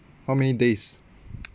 how many days